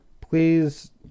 please